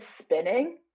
spinning